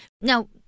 Now